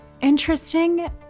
interesting